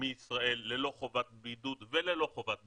מישראל ללא חובת בידוד וללא חובת בדיקות,